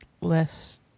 less